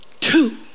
two